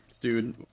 dude